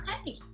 okay